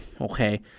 okay